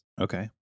Okay